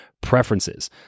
Preferences